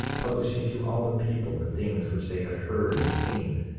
publishing to all the people the things which they had heard and seen,